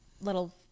little